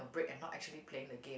break and not actually playing the game